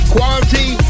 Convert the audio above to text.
Quality